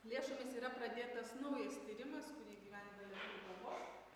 lėšomis yra pradėtas naujas tyrimas kurį įgyvendina lietuvių kalbos